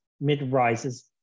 mid-rises